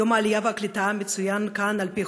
יום העלייה והקליטה מצוין כאן על פי